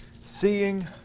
seeing